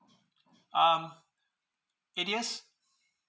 um eight years